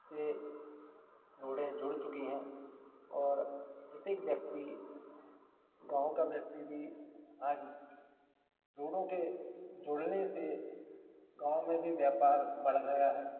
से रोडें जुड़ चुकी हैं और प्रत्येक व्यक्ति गाँव का व्यक्ति भी आज रोडों के जुड़ने से गाँव में भी व्यापार बढ़ गया है